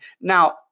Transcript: now